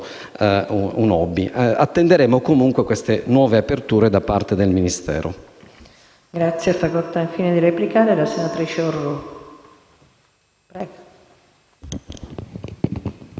un *hobby*. Attenderemo comunque queste nuove aperture da parte del Ministero.